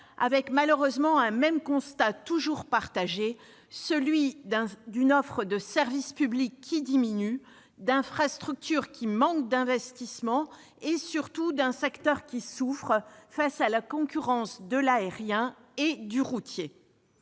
Malheureusement, nous dressons toujours le même constat : une offre de service public qui diminue, des infrastructures qui manquent d'investissements et, surtout, un secteur qui souffre face à la concurrence de l'aérien et du routier.